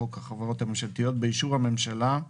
חוק החברות הממשלתיות) באישור הממשלה,